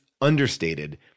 understated